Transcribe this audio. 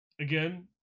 again